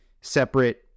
separate